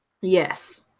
Yes